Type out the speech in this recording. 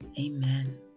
Amen